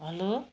hello